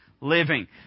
living